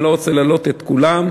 אני לא רוצה להלאות את כולם.